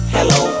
Hello